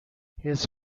his